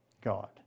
God